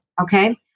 Okay